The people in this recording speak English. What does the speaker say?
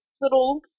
little